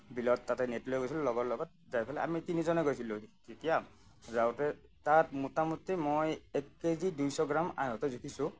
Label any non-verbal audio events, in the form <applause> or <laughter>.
বিলত তাতে নেট লৈ গৈছিলোঁ লগৰৰ লগত যাই পেলাই আমি তিনিজনে গৈছিলোঁ তেতিয়া যাওঁতে তাত মোটামুটি মই এক কেজি দুইশ গ্ৰাম <unintelligible> জুখিছোঁ